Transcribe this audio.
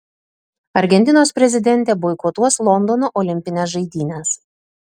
argentinos prezidentė boikotuos londono olimpines žaidynes